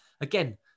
Again